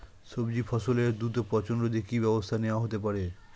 সবজি ফসলের দ্রুত পচন রোধে কি ব্যবস্থা নেয়া হতে পারে?